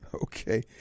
Okay